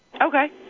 Okay